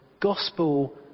gospel